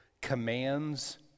commands